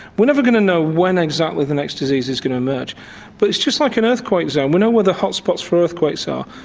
we're never going to know when exactly the next disease is going to emerge but it's just like an earthquake zone, we know where the hotspots for earthquakes are,